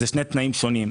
אלה שני תנאים שונים.